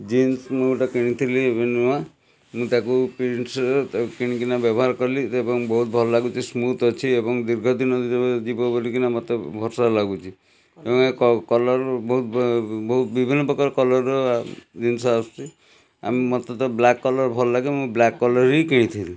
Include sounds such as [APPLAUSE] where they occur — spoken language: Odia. ଜିନ୍ସ ମୁଁ ଗୋଟେ ମୁଁ କିଣିଥିଲି ଏବେ ନୂଆ ମୁଁ ତାକୁ [UNINTELLIGIBLE] ତାକୁ କିଣିକିନା ବ୍ୟବହାର କଲି ଏବଂ ବହୁତ ଭଲ ଲାଗୁଛି ସ୍ମୁଥ୍ ଅଛି ଏବଂ ଦୀର୍ଘ ଦିନ [UNINTELLIGIBLE] ଯିବ ବୋଲିକିନା ମୋତେ ଭରଷା ଲାଗୁଛି ଏବଂ ଏହା କଲର୍ ବୋହୁ ବୋହୂ ବିଭିନ୍ନ ପ୍ରକାର କଲରର ଜିନଷ ଆସୁଛି ମୋତେ ତ ବ୍ଲାକ୍ କଲର ଭଲ ଲାଗେ ମୁଁ ବ୍ଲାକ୍ କଲର ହିଁ କିଣିଥିଲି